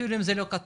אפילו אם זה לא כתוב,